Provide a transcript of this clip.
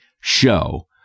show